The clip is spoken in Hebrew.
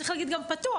צריך להגיד גם פתוח.